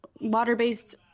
water-based